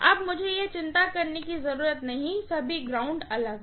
अब मुझे चिंता करने की ज़रूरत नहीं है सभी ग्राउंड अलग हैं